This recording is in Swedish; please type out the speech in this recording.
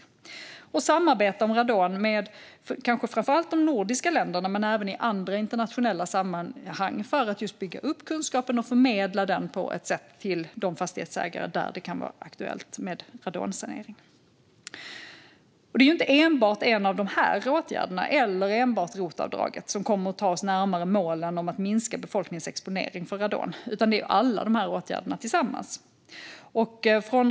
Det gäller även att samarbeta om radon med framför allt de nordiska länderna men även i andra internationella sammanhang för att bygga upp kunskap och förmedla den till de fastighetsägare där det kan vara aktuellt med radonsanering. Det är inte enbart en av dessa åtgärder eller enbart rotavdraget som kommer att ta oss närmare målen om att minska befolkningens exponering för radon, utan det är alla dessa åtgärder tillsammans.